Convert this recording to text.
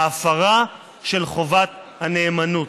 בהפרה של חובת הנאמנות".